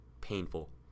painful